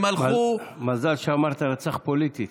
הם הלכו, מזל שאמרת "רצח פוליטית".